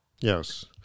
Yes